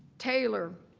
taylor,